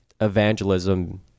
evangelism